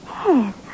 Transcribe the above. Yes